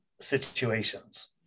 Situations